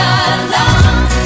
alone